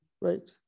right